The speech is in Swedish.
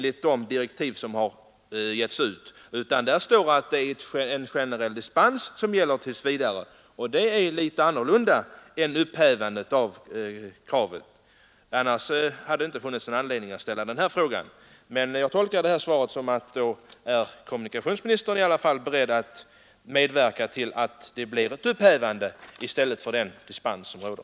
I de direktiv som utfärdas talar man om en generell dispens som gäller tills vidare, och det är någonting annat än ett upphävande av kravet. Annars hade det inte funnits någon anledning att ställa frågan. Men jag tolkar svaret så att kommunikationsministern är beredd att medverka till ett upphävande i stället för den dispens som råder.